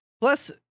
plus